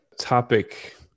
topic